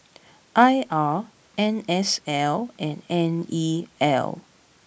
I R N S L and N E L